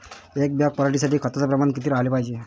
एक बॅग पराटी साठी खताचं प्रमान किती राहाले पायजे?